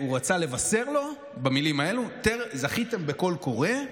הוא רצה לבשר לו במילים האלה: זכיתם בקול קורא,